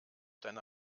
deine